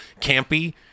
campy